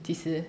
几时